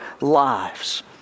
lives